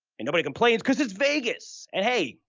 and nobody complains because it's vegas and hey,